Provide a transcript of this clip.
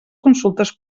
consultes